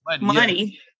money